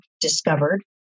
discovered